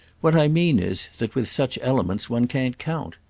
what i mean is that with such elements one can't count.